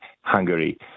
Hungary